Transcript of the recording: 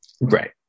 Right